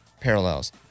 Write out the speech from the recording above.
parallels